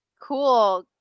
cool